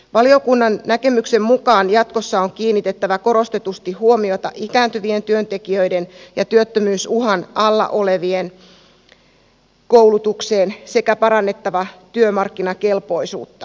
valiokunnan näkemyksen mukaan jatkossa on kiinnitettävä korostetusti huomiota ikääntyvien työntekijöiden ja työttömyysuhan alla olevien koulutukseen sekä parannettava työmarkkinakelpoisuutta